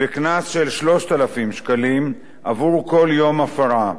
בקנס של 3,000 שקלים עבור כל יום הפרה.